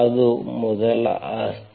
ಅದು ಮೊದಲ ಆಸ್ತಿ